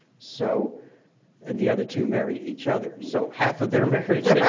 so and the other two marry each other. so half of their marriages yeah